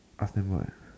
ask them right